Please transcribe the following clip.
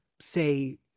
say